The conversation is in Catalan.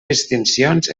distincions